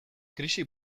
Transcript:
krisi